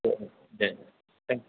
Day thank you